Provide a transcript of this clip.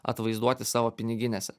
atvaizduoti savo piniginėse